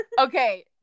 Okay